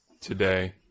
today